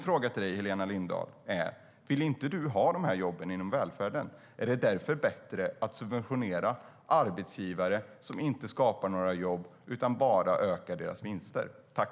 Vill inte Helena Lindahl ha dessa jobb inom välfärden? Är det därför bättre att subventionera arbetsgivare som inte skapar några jobb utan bara ökar sina vinster?